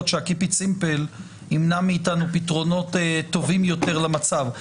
השמירה על הפשוט ימנע מאיתנו פתרונות טובים יותר למצב.